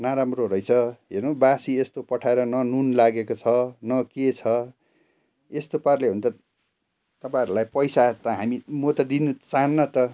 नराम्रो रहेछ हेर्नु बासी यस्तो पठाएर न नुन लागेको छ न के छ यस्तो पाराले हो भने तपाईँहरूलाई पैसा त हामी म त दिनु चाहन्नँ त